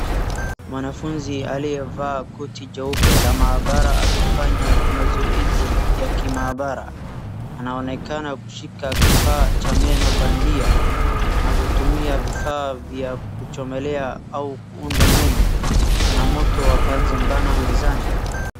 Mwanafunzi aliyevaa koti jeupe la maabara akifanya zoezi ya kimaabara. Anaonekana kushika kifaa cha meno bandia na kutumia vifaa vya kuchomelea au kuunda meno. Kuna moto ya bunsen burner mezani.